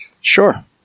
Sure